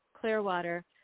Clearwater